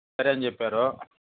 సరే అని చెప్పారు